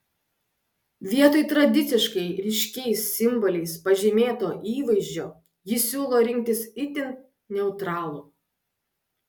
vietoj tradiciškai ryškiais simboliais pažymėto įvaizdžio ji siūlo rinktis itin neutralų